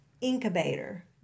incubator